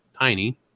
tiny